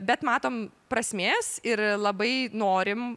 bet matom prasmės ir labai norim